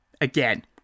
Again